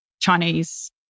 Chinese